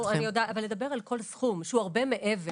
אבל לדבר על כל סכום שהוא הרבה מעבר